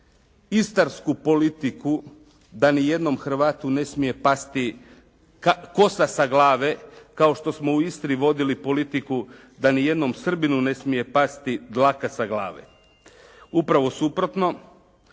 istarsku politiku da nijednom Hrvatu ne smije pasti kosa sa glave, kao što smo u Istri vodili politiku da nijednom Srbinu ne smije pasti dlaka sa glave. Upravo suprotno,